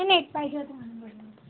नाही नाही पाहिजे होतं म्हणून बोलतो